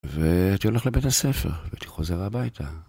ואתה הולך לבית הספר, ואתה חוזר הביתה.